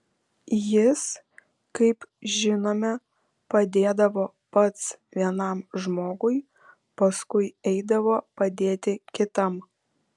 jis kaip žinome padėdavo pats vienam žmogui paskui eidavo padėti kitam